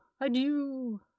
adieu